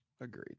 Agreed